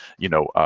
you know,